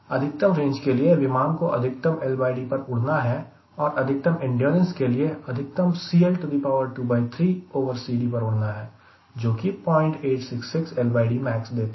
अधिकतम रेंज के लिए विमान को अधिकतम LD पर उड़ना है और अधिकतम एंड्योरेंस के लिए अधिकतम CL23CD पर उड़ना है जो कि 086 LD max देता है